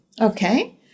Okay